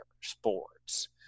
sports